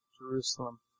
Jerusalem